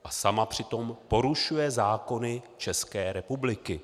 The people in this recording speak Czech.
A sama přitom porušuje zákony České republiky.